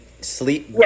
sleep